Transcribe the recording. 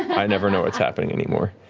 i never know what's happening anymore.